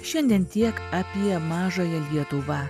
šiandien tiek apie mažąją lietuvą